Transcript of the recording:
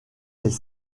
les